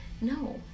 No